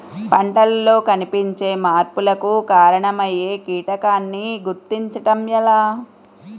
పంటలలో కనిపించే మార్పులకు కారణమయ్యే కీటకాన్ని గుర్తుంచటం ఎలా?